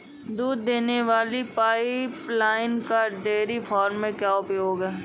दूध देने वाली पाइपलाइन का डेयरी फार्म में क्या उपयोग है?